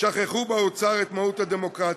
שכחו באוצר את מהות הדמוקרטיה,